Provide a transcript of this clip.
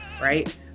right